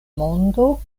mondo